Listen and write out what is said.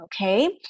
okay